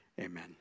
Amen